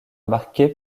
marquée